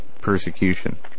persecution